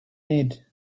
need